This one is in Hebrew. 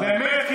באמת,